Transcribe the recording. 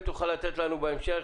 אם תוכל לתת לנו בהמשך.